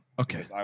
okay